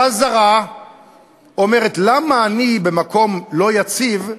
חברה זרה אומרת: למה אני, במקום לא יציב,